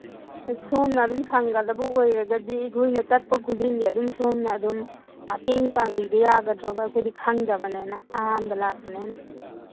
ꯁꯣꯝꯅ ꯑꯗꯨꯝ ꯁꯪꯒꯗꯕ ꯑꯣꯏꯔꯒꯗꯤ ꯑꯩꯈꯣꯏꯅ ꯆꯠꯄ ꯈꯨꯗꯤꯡꯒꯤ ꯑꯗꯨꯝ ꯁꯣꯝꯅ ꯑꯗꯨꯝ ꯃꯇꯦꯡ ꯄꯥꯡꯕꯤꯕ ꯌꯥꯒꯗ꯭ꯔꯣꯕ ꯑꯩꯈꯣꯏꯗꯤ ꯈꯪꯗꯕꯅꯤꯅ ꯑꯍꯥꯟꯕ ꯂꯥꯛꯄꯅꯤꯅ